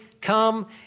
come